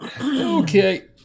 Okay